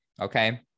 okay